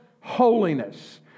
holiness